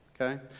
okay